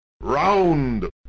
round